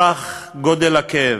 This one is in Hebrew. כך גודל הכאב.